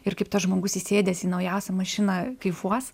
ir kaip tas žmogus įsėdęs į naujausią mašiną kaifuos